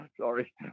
sorry